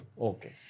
Okay